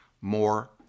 more